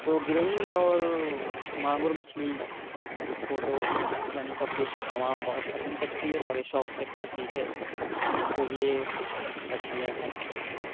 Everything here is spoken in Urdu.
تو گرہی اور مانگور مچھلی جس کو لوگ یعنی پبلک عوام بہت پسند کرتی ہے اور بڑے شوق سے کھاتی ہے تو یہ مچھلیاں ہیں